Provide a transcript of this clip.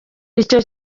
ico